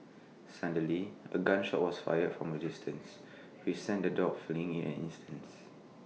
suddenly A gun shot was fired from A distance which sent the dogs fleeing in an instants